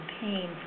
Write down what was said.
pain